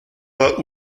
pas